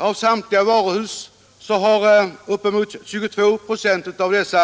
Av samtliga varuhus har uppemot 22 96